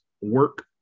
work